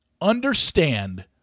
understand